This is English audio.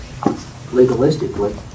legalistically